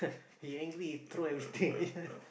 he angry throw everything